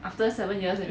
after seven years then